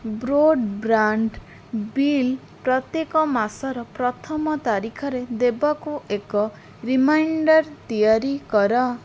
broadband bill ପ୍ରତ୍ୟେକ ମାସର ପ୍ରଥମ ତାରିଖରେ ଦେବାକୁ ଏକ ରିମାଇଣ୍ଡର୍ ତିଆରି କର